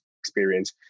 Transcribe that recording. experience